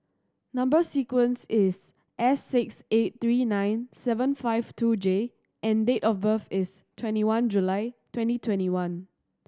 number sequence is S six eight three nine seven five two J and date of birth is twenty one July twenty twenty one